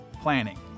planning